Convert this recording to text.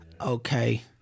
Okay